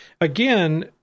again